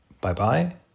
Bye-bye